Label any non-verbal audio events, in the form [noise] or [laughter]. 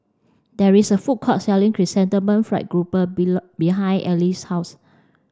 there is a food court selling Chrysanthemum fried grouper [unintelligible] behind Ell's house